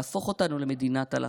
להפוך אותנו למדינת הלכה.